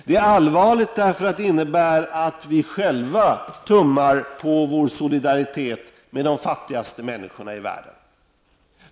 Det är allvarligt därför att det innebär att vi själva tummar på vår solidaritet med de fattigaste människorna i världen.